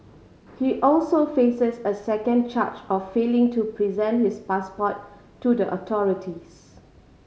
he also faces a second charge of failing to present his passport to the authorities